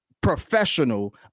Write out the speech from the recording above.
professional